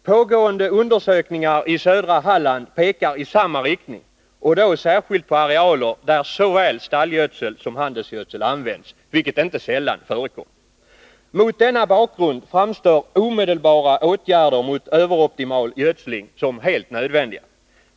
Pågående undersökningar i södra Halland pekar i samma riktning och då särskilt på arealer där såväl stallgödsel som handelsgödsel används, vilket inte sällan förekommer. Mot denna bakgrund framstår omedelbara åtgärder mot överoptimal gödsling som helt nödvändiga.